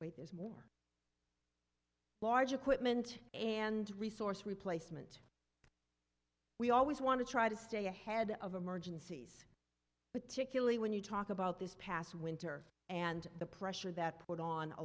y there's more large equipment and resource replacement we always want to try to stay ahead of emergencies but to killie when you talk about this past winter and the pressure that put on a